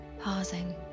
pausing